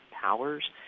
powers